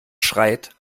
schreit